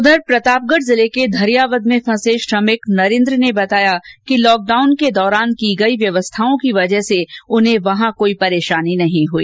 उधर प्रतापगढ जिले के धरियावद में फंसे श्रमिक नरेन्द्र ने बताया कि लॉकडाउन के दौरान की गई व्यवस्थाओं की वजह से उन्हें वहां कोई परेशानी नहीं हुई